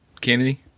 Kennedy